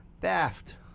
theft